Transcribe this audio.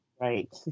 Right